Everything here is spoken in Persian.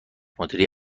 مدیره